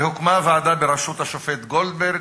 הוקמה ועדה בראשות השופט גולדברג.